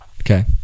Okay